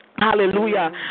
Hallelujah